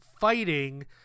fighting